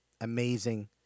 amazing